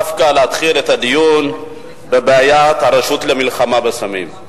ולהתחיל את הדיון דווקא בבעיית הרשות למלחמה בסמים.